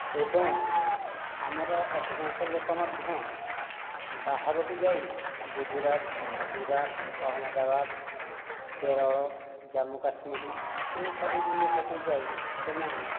ଏବଂ ଆମର ଅଧିକାଂଶ ଲୋକ ମଧ୍ୟ ବାହାରକୁ ଯାଇ ଗୁଜୁରାଟ ସୁରାଟ ଅହମ୍ମଦାବାଦ କେରଳ ଜମ୍ମୁ କାଶ୍ମିର ଏସବୁ ଜିନିଷକୁ ଯାଇ ସେମାନେ